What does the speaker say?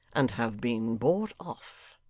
and have been bought off.